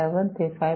7 થી 5